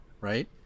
Right